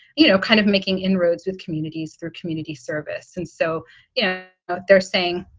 you know, kind of making inroads with communities through community service. and so yeah they're saying,